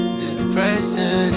depression